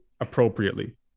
appropriately